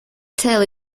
tale